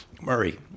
Murray